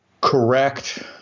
correct